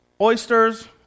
oysters